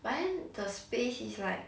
but then the space is like